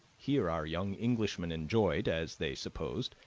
here our young englishmen enjoyed, as they supposed,